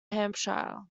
hampshire